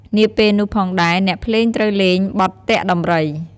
នាពេលនោះផងដែរ អ្នកភ្លេងត្រូវលេង បទទាក់ដំរី។